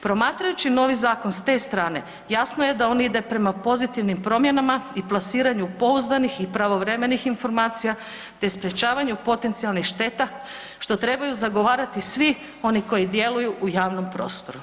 Promatrajući novi zakon s te strane jasno je da on ide prema pozitivnim promjenama i plasiranju pouzdanih i pravovremenih informacija te sprečavanju potencijalnih šteta što trebaju zagovarati svi oni koji djeluju u javnom prostoru.